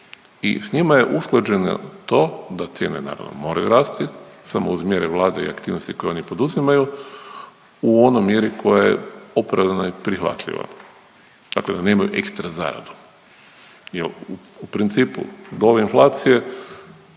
I s njima je usklađeno to da cijene naravno moraju rasti samo uz mjere vlade i aktivnosti koje oni poduzimaju u onoj mjeri koja je opravdana i prihvatljiva. Dakle, da nemaju ekstra zaradu jer u principu do ove inflacije